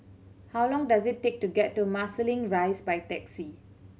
how long does it take to get to Marsiling Rise by taxi